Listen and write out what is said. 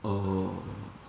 oh